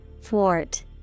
Thwart